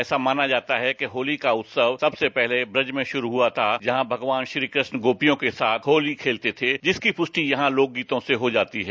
ऐसा माना जाता है कि होती का उत्सव सबसे पहले बृज से शुरू हुआ था जहाँ भगवान श्रीकृष्ण गोपियों के साथ होती खेलते थे जिसकी पुष्टि यहाँ लोकगीतों से हो जाती है